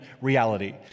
reality